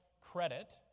credit